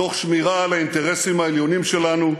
תוך שמירה על האינטרסים העליונים שלנו,